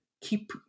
keep